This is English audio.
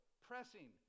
pressing